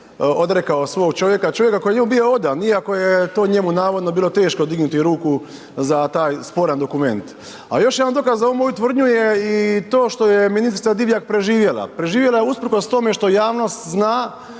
odrekao svog čovjeka, čovjeka koji je njemu bio odan iako je to njemu navodno bilo teško dignuti ruku za taj sporan dokument. A još jedan dokaz za ovu moju tvrdnju je i to što je ministrica Divjak preživjela, preživjela je usprkos tome što javnost zna